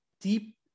deep